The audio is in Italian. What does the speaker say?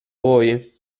voi